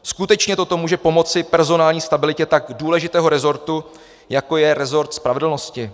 Skutečně toto může pomoci personální stabilitě tak důležitého rezortu, jako je rezort spravedlnosti?